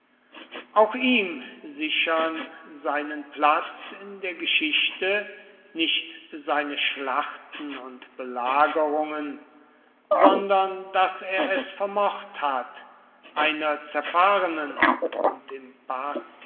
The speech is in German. auch ihm sichern seinen platz in der geschichte nicht seine schlachten und belagerungen sondern daß er es vermocht hat einer zerfahrenen und im